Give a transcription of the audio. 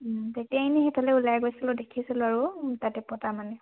তেতিয়া এনে সেইফালে ওলাই গৈছিলোঁ দেখিছিলোঁ আৰু তাতে পতা মানে